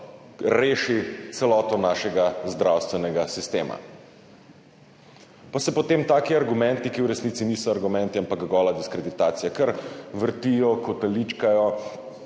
reši celoto našega zdravstvenega sistema. Pa se potem taki argumenti, ki v resnici niso argumenti, ampak gola diskreditacija, kar vrtijo, kotaličkajo,